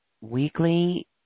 weekly